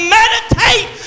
meditate